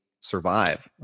survive